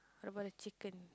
how about the chicken